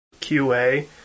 QA